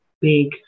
big